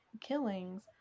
killings